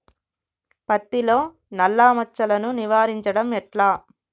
పత్తిలో నల్లా మచ్చలను నివారించడం ఎట్లా?